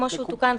כמו שהוא תוקן,